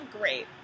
great